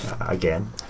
again